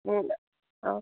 অঁ